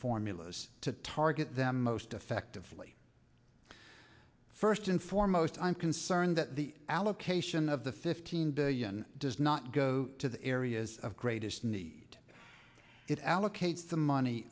formulas to target them most effectively first and foremost i'm concerned that the allocation of the fifteen billion does not go to the areas of greatest need it allocates the money